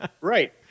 Right